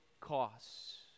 costs